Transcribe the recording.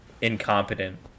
incompetent